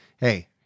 hey